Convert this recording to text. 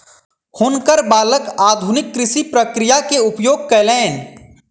हुनकर बालक आधुनिक कृषि प्रक्रिया के उपयोग कयलैन